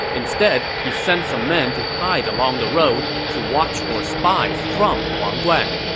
instead, he sent some men to hide along the road to watch for spies from wang guan.